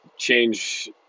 Change